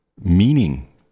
meaning